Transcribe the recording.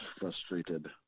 frustrated